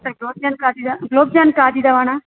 अत्र ग्रोप्यान् खादितं ग्लोप्यान् खादितवान्